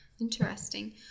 interesting